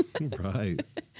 Right